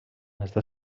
està